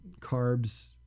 carbs